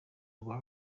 rwa